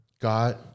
God